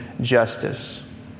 justice